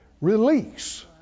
Release